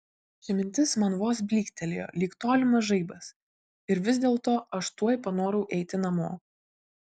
ši mintis man vos blykstelėjo lyg tolimas žaibas ir vis dėlto aš tuoj panorau eiti namo